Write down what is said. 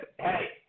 hey